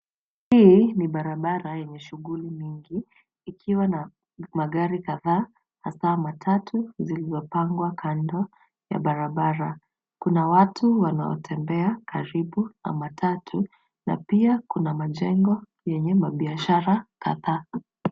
Hii ni barabara yenye shughuli mingi ikiwa na magari kadhaa hasaa matatu ziliopangwa kando ya barabara. Kuna watu wanaotembea karibu na matatu na pia kuna majengo yenye mabiashara kadhaa.